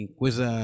coisa